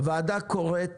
הוועדה קוראת